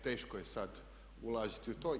Teško je sad ulaziti u to.